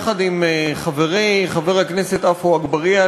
יחד עם חברי חבר הכנסת עפו אגבאריה,